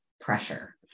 pressure